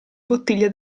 bottiglia